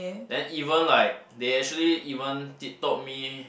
then even like they actually even tip told me